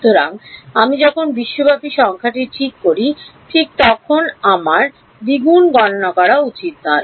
সুতরাং আমি যখন বিশ্বব্যাপী সংখ্যাটি ঠিক করি ঠিক তখন আমার দ্বিগুণ গণনা করা উচিত নয়